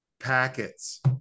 packets